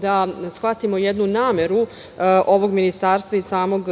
da shvatimo jednu nameru ovog ministarstva i samog ministra